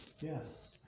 yes